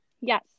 Yes